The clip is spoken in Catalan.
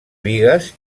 bigues